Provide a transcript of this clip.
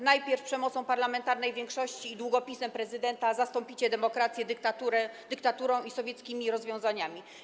Najpierw przemocą parlamentarnej większości i długopisem prezydenta zastąpicie demokrację dyktaturą i sowieckimi rozwiązaniami.